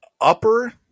upper